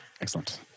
Excellent